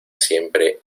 siempre